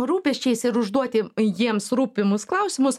rūpesčiais ir užduoti jiems rūpimus klausimus